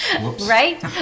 right